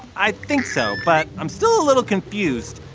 i think so, but i'm still a little confused.